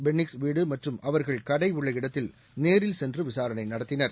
பென்னிக்ஸ் வீடு மற்றும் அவர்கள் கடை உள்ள இடத்தில் நேரில் சென்று விசாரணை நடத்தினர்